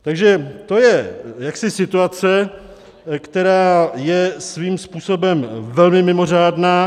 Takže to je jaksi situace, která je svým způsobem velmi mimořádná.